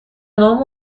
نام